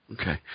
Okay